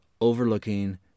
overlooking